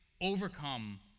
overcome